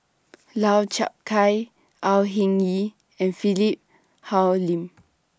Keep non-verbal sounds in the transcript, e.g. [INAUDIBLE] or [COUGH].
[NOISE] Lau Chiap Khai Au Hing Yee and Philip Hoalim [NOISE]